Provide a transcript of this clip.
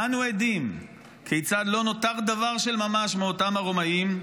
ואנו עדים כיצד לא נותר דבר של ממש מאותם הרומאים,